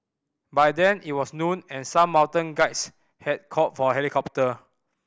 by then it was noon and some mountain guides had called for a helicopter